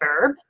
verb